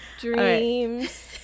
Dreams